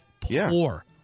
poor